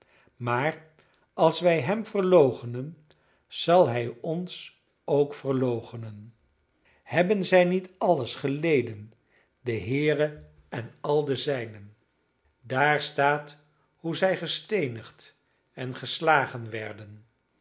maar als wij hem verloochenen zal hij ons ook verloochenen hebben zij niet alles geleden de heere en al de zijnen daar staat hoe zij gesteenigd en geslagen werden